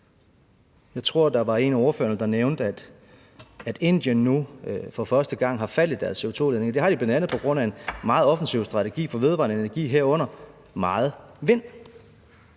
Jeg tror, der var en af ordførerne, der nævnte, at Indien nu for første gang har fald i deres CO₂-udledning. Det har de bl.a. på grund af en meget offensiv strategi for vedvarende energi, herunder meget vind.